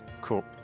Cool